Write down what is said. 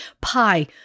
Pie